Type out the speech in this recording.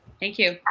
thank you.